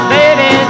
baby